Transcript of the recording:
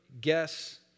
guess